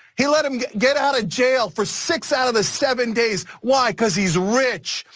he let him get get out of jail for six out of the seven days, why? cuz he's rich,